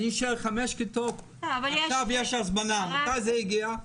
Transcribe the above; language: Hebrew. אני אומר שעכשיו יש הזמנה, מתי זה יגיע?